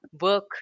work